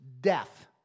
death